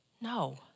No